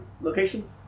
location